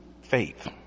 faith